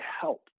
help